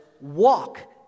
walk